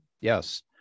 yes